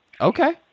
okay